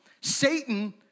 Satan